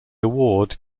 award